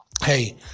hey